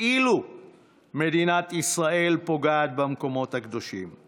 כאילו מדינת ישראל פוגעת במקומות הקדושים.